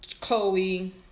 Chloe